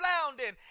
floundering